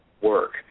work